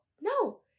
No